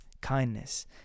Kindness